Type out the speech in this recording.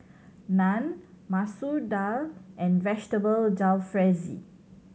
Naan Masoor Dal and Vegetable Jalfrezi